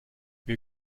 wir